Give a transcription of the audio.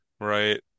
right